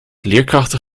leerkrachten